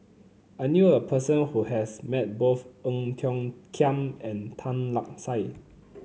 I knew a person who has met both Ong Tiong Khiam and Tan Lark Sye